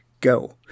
go